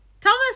Thomas